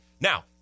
Now